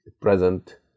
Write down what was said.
present